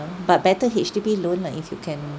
but better H_D_B loan lah if you can